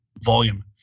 volume